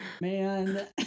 man